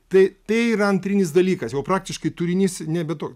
tai tai yra antrinis dalykas jau praktiškai turinys nebe to